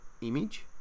image